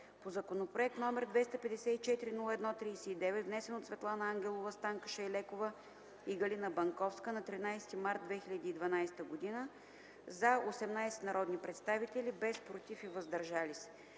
по законопроект № 254-01-39, внесен от Светлана Ангелова, Станка Шайлекова и Галина Банковска на 13 март 2012 г., „за” – 18 народни представители, без „против” и „въздържали се”.